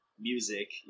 music